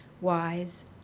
wise